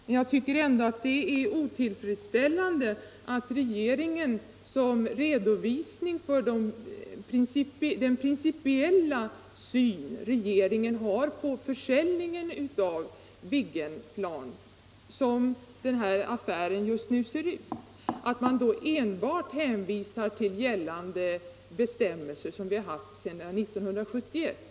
Men jag tycker ändå det är otillfredsställande att regeringen för sin principiella syn på försäljningen av Viggenplan — så som denna affär just nu ser ut — enbart hänvisar till bestämmelser som vi har haft sedan 1971.